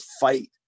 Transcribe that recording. fight